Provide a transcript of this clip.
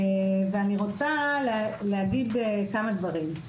אני רוצה להגיד כמה דברים.